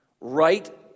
right